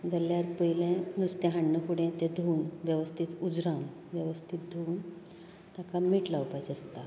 जाल्यार पयलें नुस्तें हाडना फुडें तें धुवन वेवस्थीत उजरावन वेवस्थीत धुवन तेका मीठ लावपाचें आसता